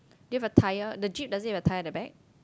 do you have a tyre the jeep does it have a tire at the back